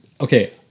Okay